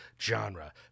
genre